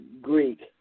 Greek